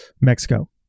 Mexico